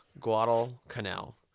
Guadalcanal